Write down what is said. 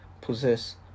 possess